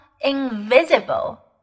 invisible